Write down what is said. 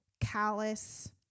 Callous